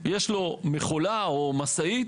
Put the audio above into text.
יש לו מכולה או משאית,